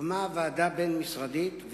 הוקמה ועדה בין-משרדית,